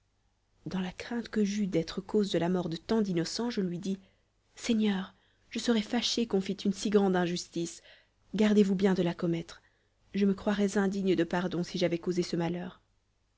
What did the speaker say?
dans la crainte que j'eus d'être cause de la mort de tant d'innocents je lui dis seigneur je serais fâchée qu'on fît une si grande injustice gardez-vous bien de la commettre je me croirais indigne de pardon si j'avais causé ce malheur